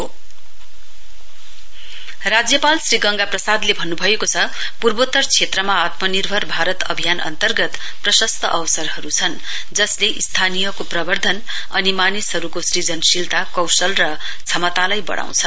governor आत्मनिर्भर भारत राज्यपाल श्री गंगा प्रसादले भन्नुभएको छ पूर्वोत्तर क्षेत्रमा आत्मनिर्भर भारत अभियान अन्तर्गत प्रशस्त अवसरहरु छन् जसले स्थानीयको प्रवर्धन अनि मानिसहरुको सूजनशीलता कौशल र क्षमतालाई वढ़ाउँछ